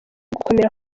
gukomera